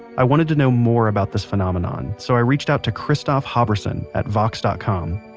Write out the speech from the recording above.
i wanted to know more about this phenomenon so i reached out to christophe haubursin at vox dot com.